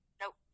Nope